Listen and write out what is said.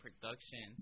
production